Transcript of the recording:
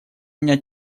меня